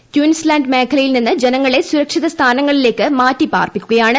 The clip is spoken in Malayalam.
ക്യൂൻസ് ലാൻഡ് മേഖലയിൽ നിന്ന് ജനങ്ങളെ സുരക്ഷിത സ്ഥാനങ്ങളിലേക്ക് മാറ്റി പാർപ്പിക്കുകയാണ്